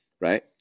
right